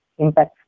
impactful